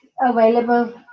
available